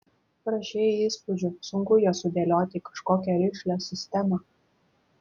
prašei įspūdžių sunku juos sudėlioti į kažkokią rišlią sistemą